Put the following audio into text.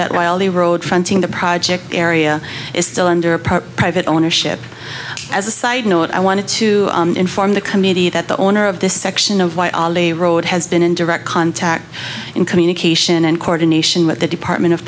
that while the road fronting the project area is still under a private ownership as a side note i wanted to inform the committee that the owner of this section of a road has been in direct contact in communication and coordination with the department of